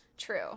true